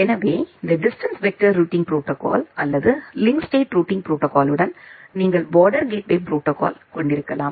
எனவே இந்த distance vector routing protocol அல்லது லிங்க் ஸ்டேட் ரூட்டிங் ப்ரோடோகாலுடன் நீங்கள் பார்டர் கேட்வே ப்ரோடோகால் கொண்டிருக்கலாம்